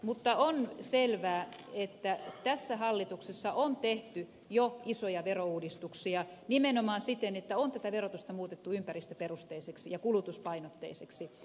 mutta on selvää että tässä hallituksessa on tehty jo isoja verouudistuksia nimenomaan siten että verotusta on muutettu ympäristöperusteiseksi ja kulutuspainotteiseksi